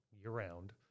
year-round